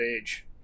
age